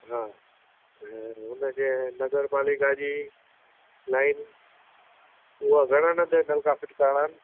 हा हुन जे नगरपालिका जी लाइन उहे घणा नलका फिट करणा आहिनि